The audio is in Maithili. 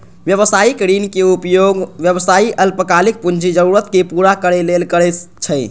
व्यावसायिक ऋणक उपयोग व्यवसायी अल्पकालिक पूंजी जरूरत कें पूरा करै लेल करै छै